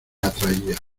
atraía